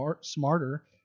smarter